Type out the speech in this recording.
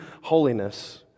holiness